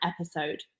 episode